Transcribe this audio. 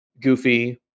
goofy